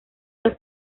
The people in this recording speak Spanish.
que